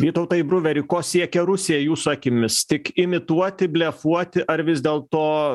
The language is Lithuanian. vytautai bruveri ko siekia rusija jūsų akimis tik imituoti blefuoti ar vis dėlto